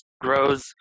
grows –